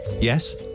Yes